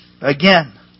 Again